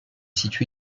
situé